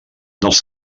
dels